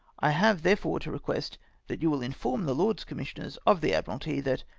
i have, therefore, to request that you will inform the lords commissioners of the admiralty, that,